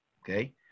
Okay